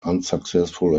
unsuccessful